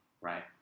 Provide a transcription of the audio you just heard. right